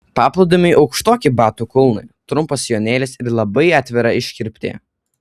paplūdimiui aukštoki batų kulnai trumpas sijonėlis ir labai atvira iškirptė